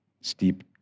steep